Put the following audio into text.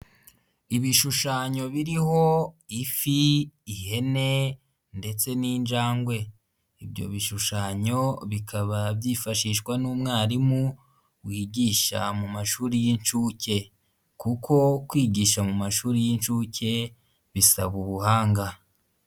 Ibishushanyo biriho ifi, ihene ndetse n'injangwe, ibyo bishushanyo bikaba byifashishwa n'umwarimu wigisha mu mashuri y'inshuke kuko kwigisha mu mashuri y'inshuke bisaba ubuhanga.